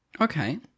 Okay